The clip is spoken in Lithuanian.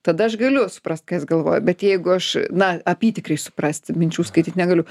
tada aš galiu suprast ką jis galvoja bet jeigu aš na apytikriai suprasti minčių skaityt negaliu